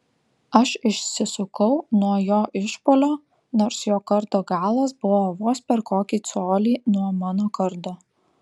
aš išsisukau nuo jo išpuolio nors jo kardo galas buvo vos per kokį colį nuo mano kardo